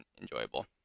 enjoyable